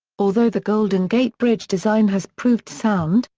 although the golden gate bridge design has proved sound,